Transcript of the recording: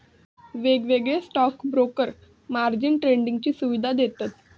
वेगवेगळे stock broker margin ट्रेडिंगची सुवीधा देतत